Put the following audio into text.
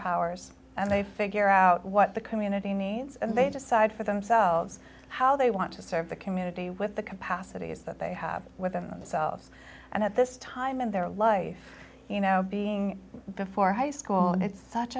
superpowers and they figure out what the community needs and they decide for themselves how they want to serve the community with the capacities that they have within themselves and at this time in their life you know being before high school and it's such